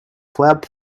flap